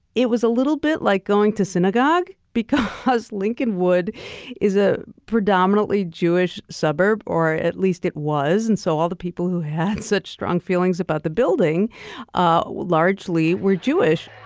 it was a little bit like going to synagogue because lincolnwood is a predominantly jewish suburb or at least it was and so all the people who had such strong feelings about the building ah largely were jewish.